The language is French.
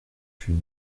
une